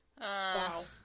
Wow